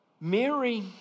Mary